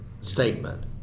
statement